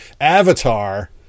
Avatar